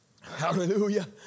hallelujah